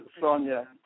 Sonia